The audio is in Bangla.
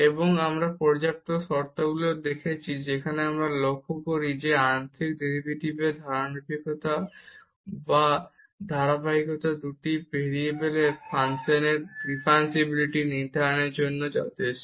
এবং আমরা পর্যাপ্ত শর্তগুলিও দেখেছি যেখানে আমরা লক্ষ্য করি যে একটি আংশিক ডেরিভেটিভের ধারাবাহিকতা বা ধারাবাহিকতা দুটি ভেরিয়েবলের ফাংশনের ডিফারেনশিবিলিটি নির্ধারণের জন্য যথেষ্ট